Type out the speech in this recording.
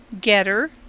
Getter